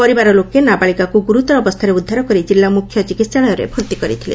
ପରିବାର ଲୋକେ ନାବାଳିକାକୁ ଗୁରୁତର ଅବସ୍ଚାରେ ଉଦ୍ଧାର କରି ଜିଲ୍ଲା ମୁଖ୍ୟ ଚିକିହାଳୟରେ ଭର୍ତ୍ତି କରିଥିଲେ